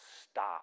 Stop